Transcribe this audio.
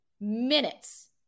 minutes